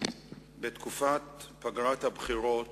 בתקופת פגרת הבחירות